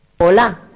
hola